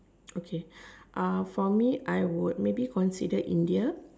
okay uh for me I would maybe consider India